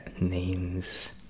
names